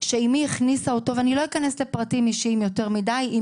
שאימי הכניסה אותו -- אני לא אכנס יותר מידי לפרטים,